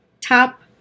top